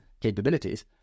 capabilities